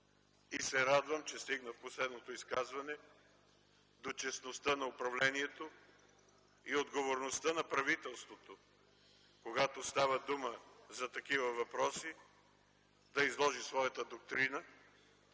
и се радвам, че последното изказване стигна до честността на управлението и отговорността на правителството, когато става дума за такива въпроси да изложи своята доктрина,